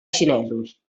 xinesos